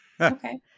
okay